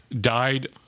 died